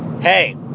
Hey